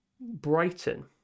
Brighton